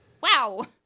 wow